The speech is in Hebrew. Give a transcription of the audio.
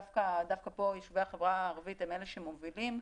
דווקא פה ביישובי החברה הערבית, הם אלה שמובילים.